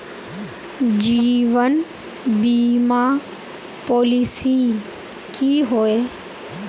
जीवन बीमा पॉलिसी की होय?